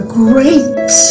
great